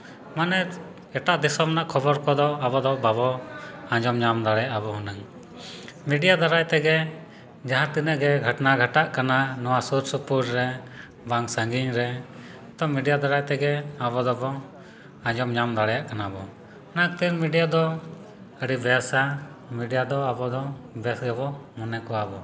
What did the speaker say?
ᱢᱟᱱᱮ ᱮᱴᱟᱜ ᱫᱤᱥᱚᱢ ᱨᱮᱱᱟᱜ ᱠᱷᱚᱵᱚᱨ ᱠᱚᱫᱚ ᱟᱵᱚ ᱫᱚ ᱵᱟᱱᱚᱱ ᱟᱸᱡᱚᱢ ᱧᱟᱢ ᱫᱟᱲᱮᱭᱟᱜ ᱦᱩᱱᱟᱹᱜ ᱢᱤᱰᱤᱭᱟ ᱫᱟᱨᱟᱭ ᱛᱮᱜᱮ ᱡᱟᱦᱟᱸ ᱛᱤᱱᱟᱹᱜ ᱜᱮ ᱜᱷᱚᱴᱱᱟ ᱜᱷᱚᱴᱟᱜ ᱠᱟᱱᱟ ᱱᱚᱣᱟ ᱥᱩᱨ ᱥᱩᱯᱩᱨ ᱨᱮ ᱵᱟᱝ ᱥᱟᱹᱜᱤᱧ ᱨᱮ ᱡᱚᱛᱚ ᱢᱤᱰᱤᱭᱟ ᱫᱟᱨᱟᱭ ᱛᱮᱜᱮ ᱟᱵᱚ ᱫᱚᱵᱚᱱ ᱟᱡᱚᱢ ᱧᱟᱢ ᱫᱟᱲᱮᱭᱟᱜ ᱠᱟᱱᱟ ᱵᱚᱱ ᱚᱱᱟ ᱠᱟᱛᱮ ᱢᱤᱰᱤᱭᱟ ᱫᱚ ᱟᱹᱰᱤ ᱵᱮᱥᱟ ᱢᱤᱰᱤᱭᱟ ᱫᱚ ᱟᱵᱚ ᱫᱚ ᱵᱮᱥ ᱜᱮᱵᱚ ᱢᱚᱱᱮ ᱠᱚᱣᱟ ᱵᱚ